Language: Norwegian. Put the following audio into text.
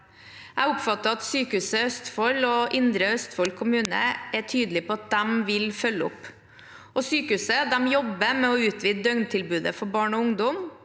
Jeg oppfatter at Sykehuset Østfold og Indre Østfold kommune er tydelige på at de vil følge opp. Sykehuset jobber med å utvide døgntilbudet for barn og ungdom,